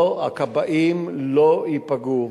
הכבאים לא ייפגעו,